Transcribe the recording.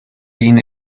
been